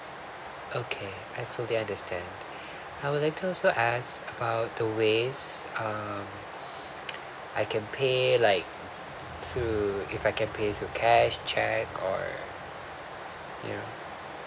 okay I fully understand I would like also ask about the ways um I can pay like through if I can pay through cash cheque or you know